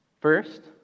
first